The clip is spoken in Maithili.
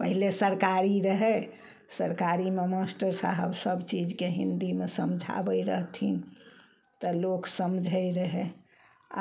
पहिले सरकारी रहै सरकारीमे मास्टर साहब सब चीजके हिन्दीमे समझाबै रहथिन तऽ लोक समझै रहय